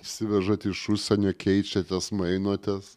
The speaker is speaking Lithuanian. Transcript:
įšsivežate iš užsienio keičiatės mainotės